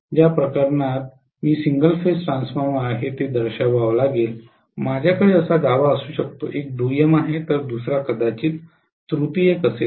ज्या प्रकरणात मी सिंगल फेज ट्रान्सफॉर्मर आहे ते दर्शवावे लागेल माझ्याकडे असा गाभा असू शकतो एक दुय्यम आहे तर दुसरा कदाचित तृतीयक असेल